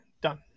Done